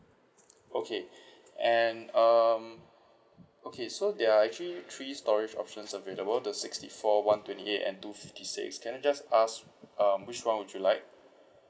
okay and um okay so there are actually three storage options available the sixty four one twenty eight and two fifty six can I just ask um which one would you like